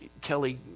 Kelly